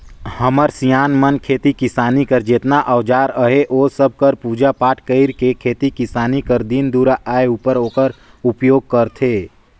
हमर सियान मन खेती किसानी कर जेतना अउजार अहे ओ सब कर पूजा पाठ कइर के खेती किसानी कर दिन दुरा आए उपर ओकर उपियोग करथे